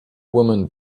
woman